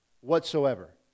whatsoever